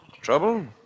Trouble